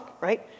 right